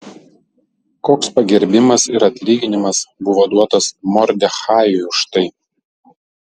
koks pagerbimas ir atlyginimas buvo duotas mordechajui už tai